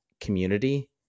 community